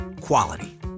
Quality